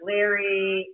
Larry